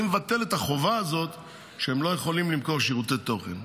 אני מבטל את החובה הזאת שהם לא יכולים למכור שירותי תוכן.